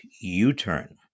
U-turn